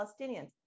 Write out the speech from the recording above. Palestinians